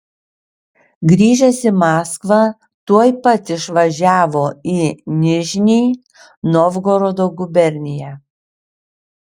grįžęs į maskvą tuoj pat išvažiavo į nižnij novgorodo guberniją